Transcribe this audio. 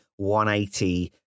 180